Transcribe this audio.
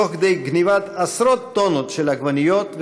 בגנבת עשרות טונות של עגבניות וענבים.